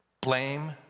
Blame